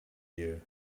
you